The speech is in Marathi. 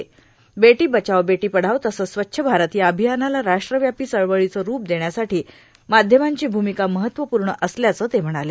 बेटी बचाओ बेटी पढाओ तसंच स्वच्छ भारत या अभियानाला राष्ट्रव्यापी चळवळीचं रुप देण्यासाठी माध्यमांची भूमिका महत्त्वपूर्ण असल्याचं ते म्हणाले